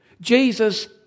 Jesus